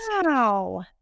Wow